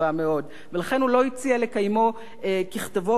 ולכן הוא לא הציע לקיימו ככתבו וכלשונו,